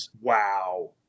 Wow